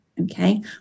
Okay